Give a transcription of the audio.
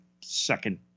second